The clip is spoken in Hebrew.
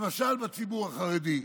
למשל בציבור החרדי.